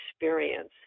experience